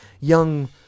young